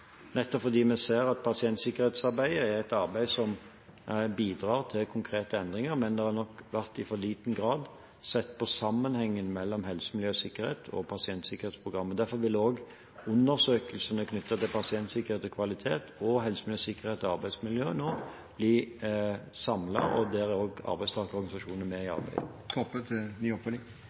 nettopp fordi vi ser at pasientsikkerhetsarbeidet er et arbeid som bidrar til konkrete endringer. Men det har nok i for liten grad vært sett på sammenhengen mellom helse, miljø og sikkerhet og pasientsikkerhetsprogrammet. Derfor vil også undersøkelsene knyttet til pasientsikkerhet og kvalitet og helse, miljø og sikkerhet og arbeidsmiljøloven bli samlet, og der er også arbeidstakerorganisasjonene med i